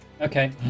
Okay